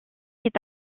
est